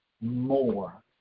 more